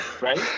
Right